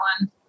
one